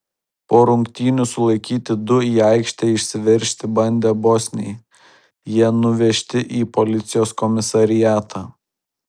po rungtynių sulaikyti du į aikštę išsiveržti bandę bosniai jie nuvežti į policijos komisariatą